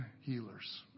healers